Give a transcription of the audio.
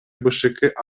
бшк